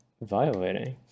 violating